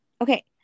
Okay